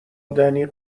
دنی